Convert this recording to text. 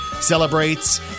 celebrates